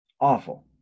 awful